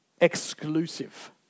exclusive